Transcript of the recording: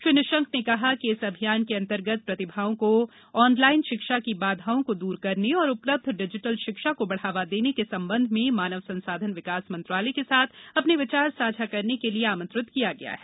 श्री निशंक ने कहा कि इस अभियान के अंतर्गत प्रतिभाओं को ऑनलाइन शिक्षा की बाधाओं को दूर करने और उपलब्ध डिजिटल शिक्षा को बढ़ावा देने के संबंध में मानव संसाधन विकास मंत्रालय के साथ अपने विचार साझा करने के लिए आमंत्रित किया गया है